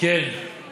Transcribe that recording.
אנחנו